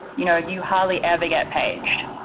you know you hardly ever get paged.